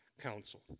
Council